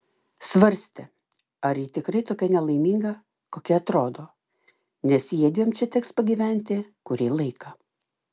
svarstė ar ji tikrai tokia nelaiminga kokia atrodo nes jiedviem čia teks pagyventi kurį laiką